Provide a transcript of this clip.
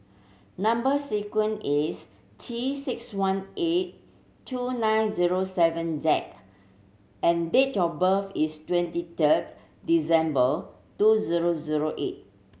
number sequence is T six one eight two nine zero seven Z and date of birth is twenty third December two zero zero eight